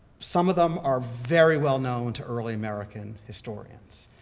some of them are very well-known to early american historians.